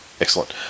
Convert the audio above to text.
excellent